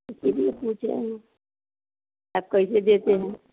इसीलिए सोच रहे हैं आप कैसे देते हैं